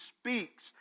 speaks